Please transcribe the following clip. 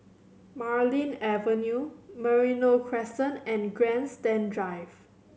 Marlene Avenue Merino Crescent and Grandstand Drive